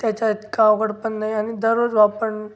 त्याच्या इतका अवघड पण नाही आणि दररोज वा आपण